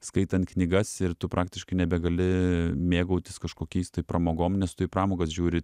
skaitant knygas ir tu praktiškai nebegali mėgautis kažkokiais tai pramogom nes tu į pramogas žiūri